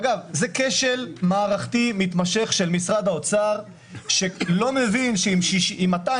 זה כשל מערכתי מתמשך של משרד האוצר שלא מבין שאם